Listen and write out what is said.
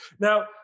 Now